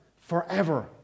forever